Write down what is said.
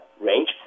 range